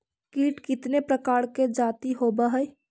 कीट कीतने प्रकार के जाती होबहय?